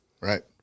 Right